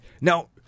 Now